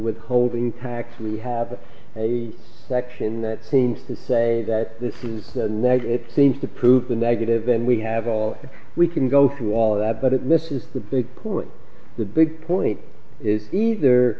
withholding tax we have a section that seems to say that this is a negative seems to prove a negative and we have all we can go through all of that but it misses the big point the big point is either